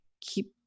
keep